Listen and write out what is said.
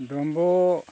ᱰᱩᱢᱵᱩᱜ